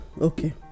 okay